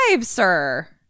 sir